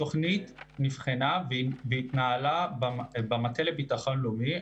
התוכנית נבחנה והיא התנהלה במטה לביטחון לאומי,